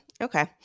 Okay